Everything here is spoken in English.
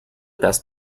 best